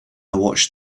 watched